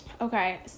Okay